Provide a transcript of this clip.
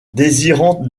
désirant